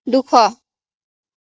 দুশ